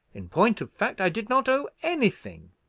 in point of fact i did not owe anything.